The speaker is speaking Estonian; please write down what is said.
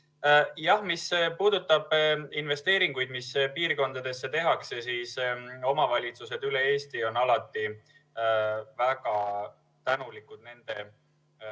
Mis puudutab investeeringuid, mis piirkondadesse tehakse, siis omavalitsused üle Eesti on alati väga tänulikud nende